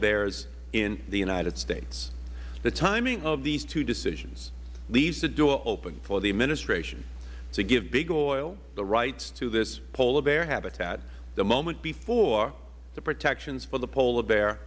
bears in the united states the timing of these two decisions leaves the door open for the administration to give big oil the rights to this polar bear habitat the moment before the protections for the polar bear